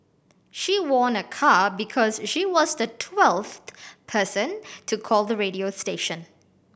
she won a car because she was the twelfth person to call the radio station